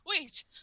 Wait